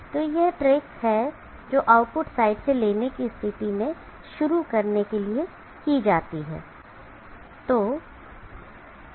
तो यह ट्रिक है जो आउटपुट साइड से लेने की स्थिति में शुरू करने के लिए की जाती है